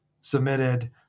submitted